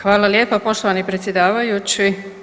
Hvala lijepa poštovani predsjedavajući.